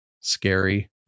scary